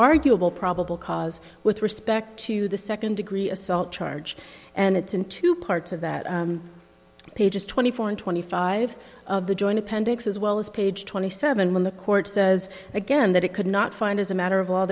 arguable probable cause with respect to the second degree assault charge and it's in two parts of that page is twenty four and twenty five of the joint appendix as well as page twenty seven when the court says again that it could not find as a matter of